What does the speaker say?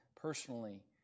personally